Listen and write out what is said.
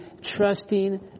trusting